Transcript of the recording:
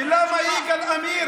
אבל ליגאל עמיר,